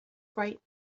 bright